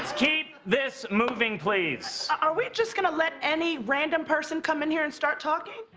keep this moving, please. are we just going let any random person come in here and start talking?